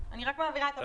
אז מה אם הוא מבקש, טל?